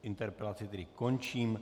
Interpelaci tedy končím.